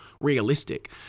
realistic